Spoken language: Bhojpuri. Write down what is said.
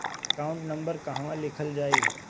एकाउंट नंबर कहवा लिखल जाइ?